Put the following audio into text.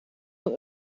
van